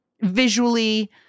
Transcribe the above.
visually